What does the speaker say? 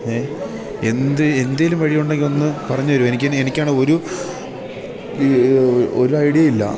എന്ത് എന്തെങ്കിലും വഴിയുണ്ടെങ്കിൽ ഒന്നു പറഞ്ഞു തരുമോ എനിക്ക് എനിക്കാണെങ്കിൽ ഒരു ഐഡിയ ഇല്ല